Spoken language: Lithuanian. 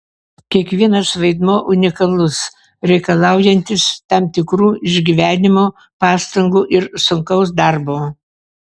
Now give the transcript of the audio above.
kiekvienas vaidmuo unikalus reikalaujantis tam tikrų išgyvenimų pastangų ir sunkaus darbo